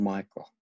Michael